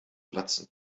platzen